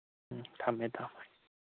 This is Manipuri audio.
ꯎꯝ ꯊꯝꯃꯦ ꯊꯝꯃꯦ